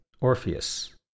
Orpheus